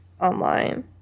online